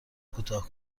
کوتاه